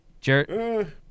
Jared